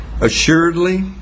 Assuredly